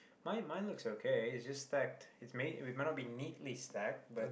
mine mine looks okay is just stacked it ma~ it might not be neatly stacked but